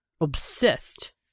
obsessed